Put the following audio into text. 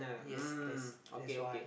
yes that's that's why